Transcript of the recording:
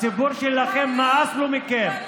הציבור שלכם, נמאס לו מכם.